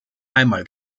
einmal